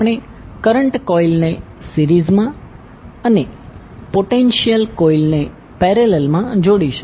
આપણે current coil ને series માં અને પોટેન્શિયલ કોઇલ ને પેરેલલ માં જોડીશું